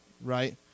right